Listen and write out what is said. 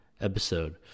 episode